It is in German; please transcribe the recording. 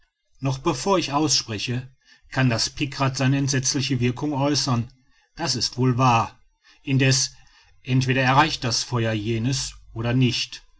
noch bevor ich ausspreche kann das pikrat seine entsetzliche wirkung äußern das ist wohl wahr indeß entweder erreicht das feuer jenes oder nicht